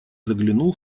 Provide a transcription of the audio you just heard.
заглянул